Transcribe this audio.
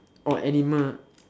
or animal